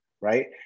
right